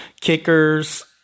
kickers